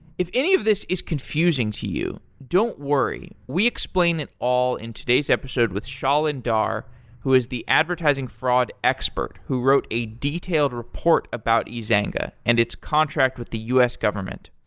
if any of these is confusing to you, don't worry, we explain it all in today's episode with shailin dhar who is the advertising fraud expert who wrote a detailed report about ezanga and its contract with the u s. government.